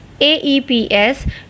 AEPS